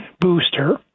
booster